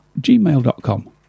gmail.com